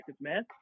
man